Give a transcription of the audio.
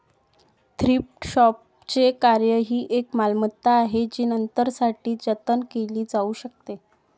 thrift शॉपचे कार्य ही एक मालमत्ता आहे जी नंतरसाठी जतन केली जाऊ शकते